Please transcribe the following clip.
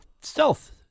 stealth